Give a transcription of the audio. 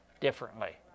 differently